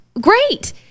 great